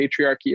patriarchy